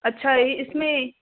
اچھا اس میں